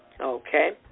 Okay